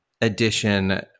edition